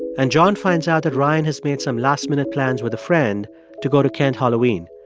and john finds out that ryan has made some last-minute plans with a friend to go to kent halloween.